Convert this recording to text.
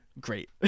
great